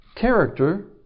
Character